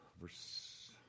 Verse